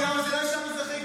אישה מזרחית,